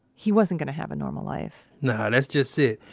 he wasn't gonna have a normal life nah. that's just it.